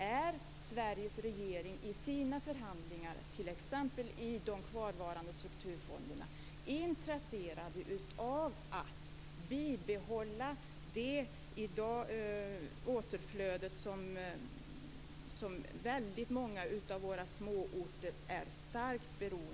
Är Sveriges regering i sina förhandlingar, t.ex. när det gäller de kvarvarande strukturfonderna, intresserad av att bibehålla det återflöde som många av våra småorter i dag är starkt beroende av?